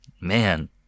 Man